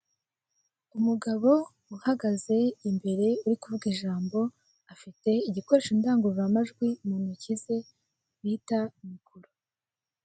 Umugabo uhagaze imbere uri kuvuga ijambo afite igikoresho ndangururamajwi mu ntoki ze bita mikoro.